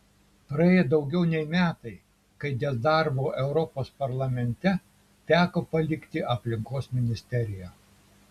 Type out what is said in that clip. praėjo daugiau nei metai kai dėl darbo europos parlamente teko palikti aplinkos ministeriją